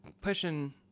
pushing